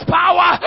power